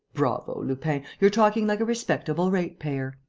bravo, lupin! you're talking like a respectable ratepayer!